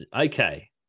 Okay